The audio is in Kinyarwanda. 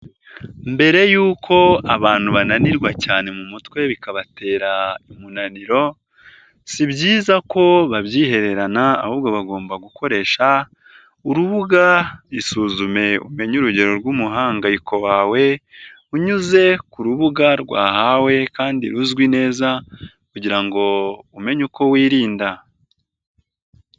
Mbere yuko abantu bananirwa cyane mu mutwe bikabatera umunaniro, si byiza ko babyihererana ahubwo bagomba gukoresha urubuga isuzume umenye urugero rw'umuhangayiko wawe, unyuze ku rubuga rwahawe kandi ruzwi neza kugira ngo umenye uko wirinda.